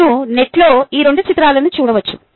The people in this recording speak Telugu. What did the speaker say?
మీరు నెట్లో ఈ రెండు చిత్రాలను చూడవచ్చు